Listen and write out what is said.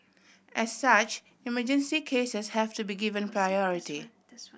as such emergency cases have to be given priority